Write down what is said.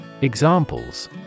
Examples